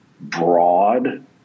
broad